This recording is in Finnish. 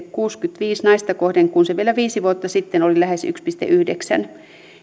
kuusikymmentäviisi naista kohden kun se vielä viisi vuotta sitten oli lähes yksi pilkku yhdeksän